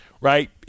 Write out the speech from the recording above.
right